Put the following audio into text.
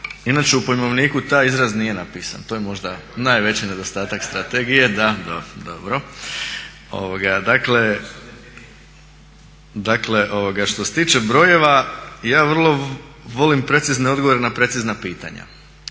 inače u pojmovniku taj izraz nije napisan, to je možda najveći nedostat strategije. Dakle, što se tiče brojeva ja vrlo volim precizne odgovore na precizna pitanja.